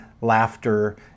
laughter